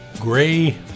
gray